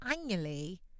annually